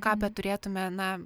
ką beturėtume na